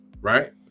right